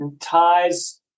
ties